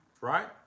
right